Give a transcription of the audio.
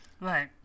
Right